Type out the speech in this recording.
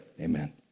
amen